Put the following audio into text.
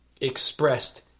expressed